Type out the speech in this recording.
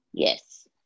Yes